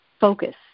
focus